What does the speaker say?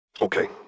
Okay